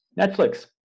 Netflix